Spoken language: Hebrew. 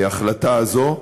ההחלטה הזאת.